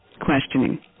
questioning